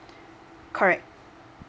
correct